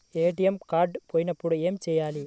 ATM card పోయినప్పుడు ఏమి చేయాలి?